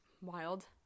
wild